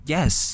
Yes